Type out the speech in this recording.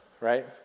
right